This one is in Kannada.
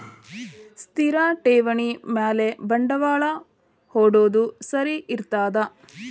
ಸ್ಥಿರ ಠೇವಣಿ ಮ್ಯಾಲೆ ಬಂಡವಾಳಾ ಹೂಡೋದು ಸರಿ ಇರ್ತದಾ?